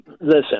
listen